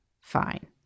fine